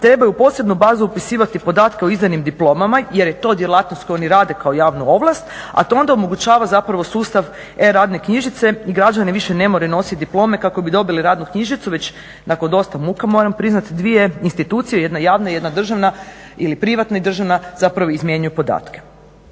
trebaju u posebnu bazu upisivati podatke o izdanim diplomama jer je to djelatnost koju oni rade kao javnu ovlast, a to onda omogućava zapravo sustav e-radne knjižice i građani više ne moraju nositi diplome kako bi dobili radnu knjižicu već nakon dosta muka moram priznati dvije institucije, jedna javna, jedna država ili privatna i državna zapravo izmjenjuju podatke.